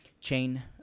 chain